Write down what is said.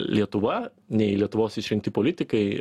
lietuva nei lietuvos išrinkti politikai